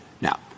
Now